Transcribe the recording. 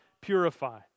purify